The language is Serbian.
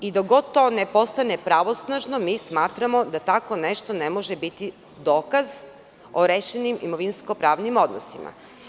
Dokle god to ne postane pravosnažno, mi smatramo da tako nešto ne može biti dokaz o rešenim imovinsko-pravnim odnosima.